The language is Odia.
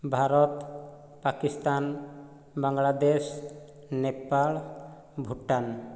ଭାରତ ପାକିସ୍ତାନ ବାଙ୍ଗଳାଦେଶ ନେପାଳ ଭୁଟାନ